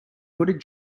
hooded